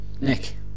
Nick